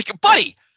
buddy